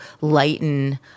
lighten